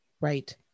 Right